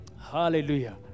hallelujah